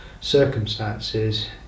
circumstances